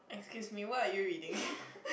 excuse me what are you reading